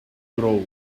grow